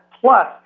plus